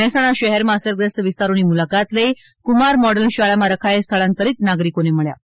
મહેસાણા શહેરમાં અસરગ્રસ્ત વિસ્તારોની મુલાકાત લઈ કુમાર મોડલ શાળામાં રખાયેલા સ્થળાંરીત નાગરિકોને મળ્યા હતા